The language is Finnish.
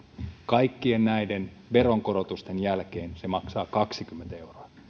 kaikkien näiden veronkorotusten jälkeen se maksaa kaksikymmentä euroa